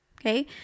Okay